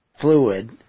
fluid